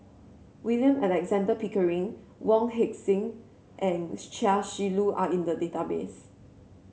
William Alexander Pickering Wong Heck Sing and Chia Shi Lu are in the database